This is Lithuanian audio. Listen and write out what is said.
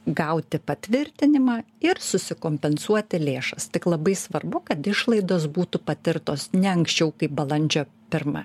gauti patvirtinimą ir susikompensuoti lėšas tik labai svarbu kad išlaidos būtų patirtos ne anksčiau kaip balandžio pirmą